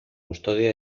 custodia